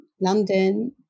London